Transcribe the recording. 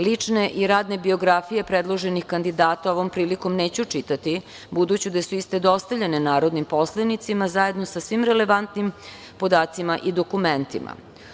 Lične i radne biografije predloženih kandidata ovom prilikom neću čitati, budući da su iste dostavljene narodnim poslanicima zajedno sa svim relevantnim podacima i dokumentima.